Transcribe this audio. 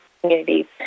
communities